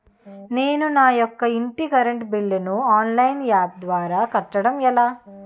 నేను నా యెక్క ఇంటి కరెంట్ బిల్ ను ఆన్లైన్ యాప్ ద్వారా కట్టడం ఎలా?